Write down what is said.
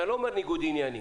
אני לא אומר ניגוד עניינים,